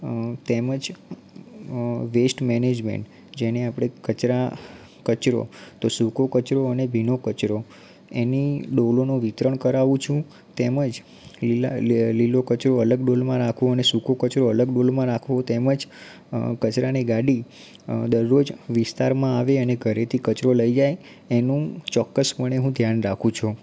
તેમજ waste management જેને આપણે કચરા કચરો તો સૂકો કચરો અને ભીનો કચરો એની ડોલોનું વિતરણ કરાવું છું તેમજ લીલા અ લીલો કચરો અલગ ડોલમાં રાખવો અને સૂકો કચરો અલગ ડોલમાં રાખવો તેમજ કચરાની ગાડી દરરોજ વિસ્તારમાં આવે અને ઘરેથી કચરો લઇ જાય એનું ચોક્કસપણે હું ધ્યાન રાખું છું